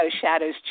shadows